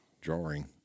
drawing